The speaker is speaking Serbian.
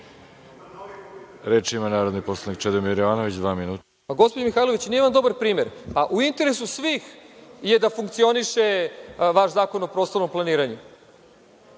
Reč ima narodni poslanik Čedomir Jovanović, dva minuta. **Čedomir Jovanović** Gospođo Mihajlović, nije vam dobar primer. U interesu svih je da funkcioniše vaš Zakon o prostornom planiranju.